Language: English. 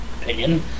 opinion